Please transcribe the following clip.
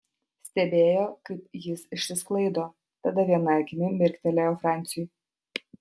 stebėjo kaip jis išsisklaido tada viena akimi mirktelėjo franciui